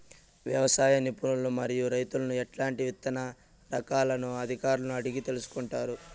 వ్యవసాయ నిపుణులను మరియు రైతులను ఎట్లాంటి విత్తన రకాలను అధికారులను అడిగి తెలుసుకొంటారు?